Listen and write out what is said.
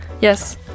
Yes